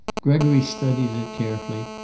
gregory studied it carefully,